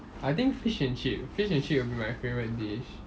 I think fish and chip fish and chip will be my favourite dish